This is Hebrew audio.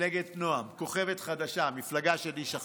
מפלגת נעם, כוכבת חדשה, מפלגה של איש אחד.